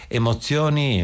emozioni